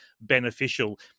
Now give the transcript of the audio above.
beneficial